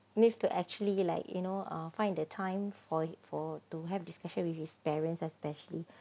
need to actually like you know find the time for it for to have this share with his parents especially